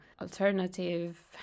alternative